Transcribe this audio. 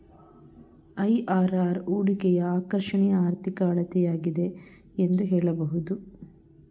IRR ಹೂಡಿಕೆಯ ಆಕರ್ಷಣೆಯ ಆರ್ಥಿಕ ಅಳತೆಯಾಗಿದೆ ಎಂದು ಹೇಳಬಹುದು